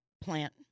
plant